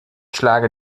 schlage